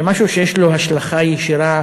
במשהו שיש לו השלכה ישירה,